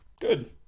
Good